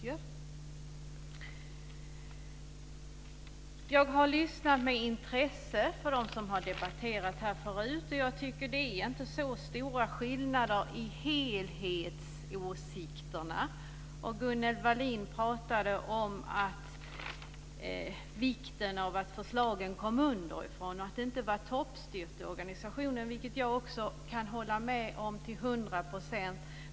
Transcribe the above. Jag har lyssnat med intresse på dem som har debatterat här förut. Jag tycker inte att det är så stora skillnader mellan åsikterna i sin helhet. Gunnel Wallin pratade om vikten av att förslagen kom underifrån och av att det inte var toppstyrt i organisationen. Det kan jag också hålla med om till hundra procent.